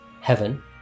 heaven